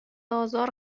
آزار